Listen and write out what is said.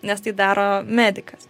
nes tai daro medikas